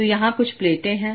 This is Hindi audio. तो यहाँ कुछ प्लेटें हैं